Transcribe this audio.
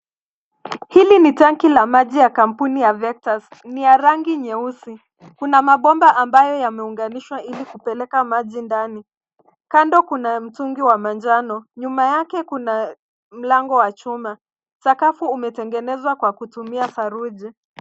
Hili ni tanki la maji ya kampuni ya VECTUS Ni ya rangi nyeusi. Kuna mabomba ambayo yameunganishwa ili kupeleka maji ndani. Kando kuna mtungi wa manjano, nyuma yake kuna mlango wa chuma. Sakafu umetengenezwa kwa kutumia saruji.